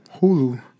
Hulu